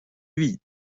lui